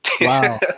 Wow